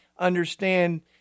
understand